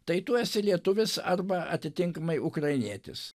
tai tu esi lietuvis arba atitinkamai ukrainietis